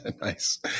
Nice